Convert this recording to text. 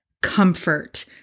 Comfort